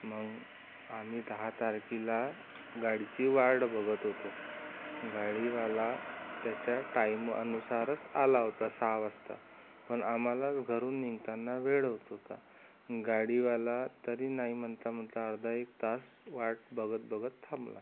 मग आम्ही दहा तारखेला गाडीची वाट बघत होतो गाडीवाला त्याच्या टाइम अनुसारच आला होता सहा वाजता पण आम्हालाच घरून निघताना वेळ होत होता गाडीवाला तरी नाही म्हणताम्हणता अर्धा एक तास वाट बघतबघत थांबला